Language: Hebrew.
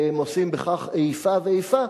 והם עושים בכך איפה ואיפה.